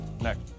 Next